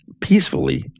peacefully